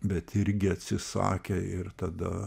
bet irgi atsisakė ir tada